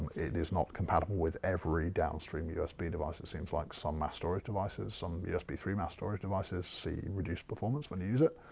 it is not compatible with every downstream usb device. it seems like some mass storage devices, some usb three mass storage devices see reduced performance when you use it,